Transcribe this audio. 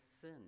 sin